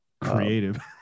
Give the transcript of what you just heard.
Creative